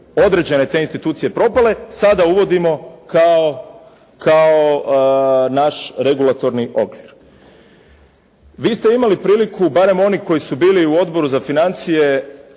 određene te institucije propale sada uvodimo kao naš regulatorni okvir. Vi ste imali priliku, barem oni koji su bili u Odboru za financije,